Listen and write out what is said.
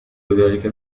ذلك